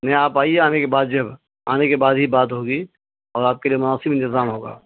نہیں آپ آئیے آنے کے بعد جب آنے کے بعد ہی بات ہوگی اور آپ کے لیے مناسب انتظام ہوگا